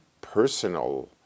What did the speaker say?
Personal